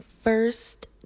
first